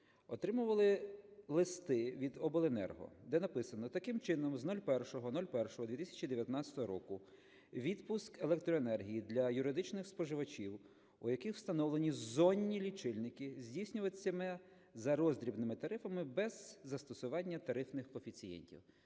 отримували листи від обленерго, де написано: "Таким чином з 01.01.2019 року відпуск електроенергії для юридичних споживачів, у яких встановлені зонні лічильники, здійснюватиметься за роздрібними тарифами без застосування тарифних коефіцієнтів".